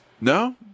no